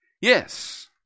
yes